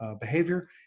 behavior